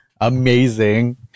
Amazing